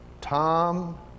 Tom